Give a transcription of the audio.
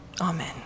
Amen